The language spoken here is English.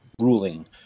ruling